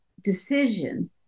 decision